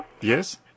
Yes